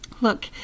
look